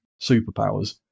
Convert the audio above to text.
superpowers